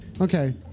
Okay